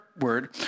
word